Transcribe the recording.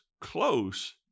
close